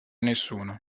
nessuno